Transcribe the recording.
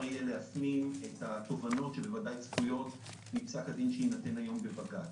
יהיה להפנים את התובנות שבוודאי צפויות מפסק הדין שיינתן היום בבג"ץ.